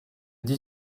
dix